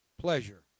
pleasure